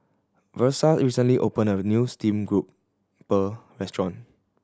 Versa recently opened a new steamed grouper restaurant